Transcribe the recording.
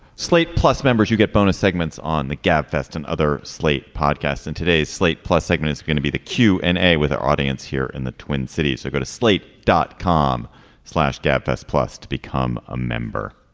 slate plus members you get bonus segments on the gab fest and other slate podcasts in today's slate plus segments are going to be the q and a with our audience here in the twin cities. so go to slate dot com slash gap us plus to become a member